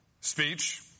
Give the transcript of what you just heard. speech